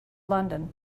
london